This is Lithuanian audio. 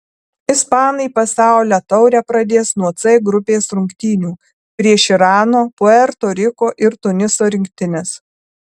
ispanai pasaulio taurę pradės nuo c grupės rungtynių prieš irano puerto riko ir tuniso rinktines